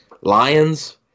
Lions